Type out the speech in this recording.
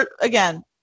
again